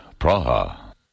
Praha